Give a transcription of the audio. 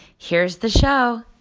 here's the show